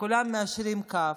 כולם מיישרים קו.